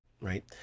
right